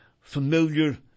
familiar